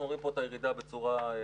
אנחנו רואים פה את הירידה בצורה גרפית.